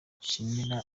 nshimira